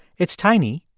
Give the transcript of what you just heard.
it's tiny,